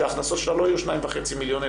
שההכנסות שלה לא יהיו 2.5 מיליון,